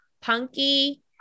punky